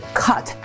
cut